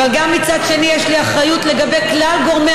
ומצד שני יש לי אחריות לגבי כלל גורמי